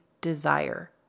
desire